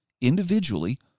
individually